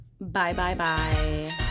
Bye-bye-bye